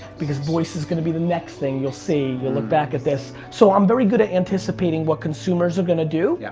because voice is gonna be the next thing you'll see, you'll look back at this, so i'm very good at anticipating what consumers are gonna do, yeah